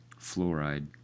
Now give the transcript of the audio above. fluoride